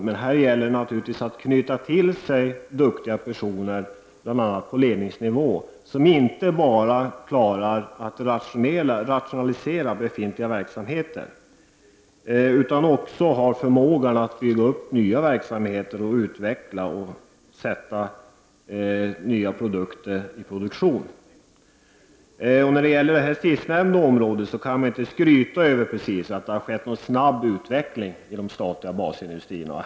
Men det gäller att knyta till sig duktiga personer på ledningsnivå som inte bara klarar att rationalisera befintliga verksamheter utan också har förmågan att bygga upp nya verksamheter och utveckla nya produkter och sätta dem i produktion. När det gäller det sistnämnda området kan man inte precis skryta med att det har skett någon snabb utveckling i de statliga basindustrierna.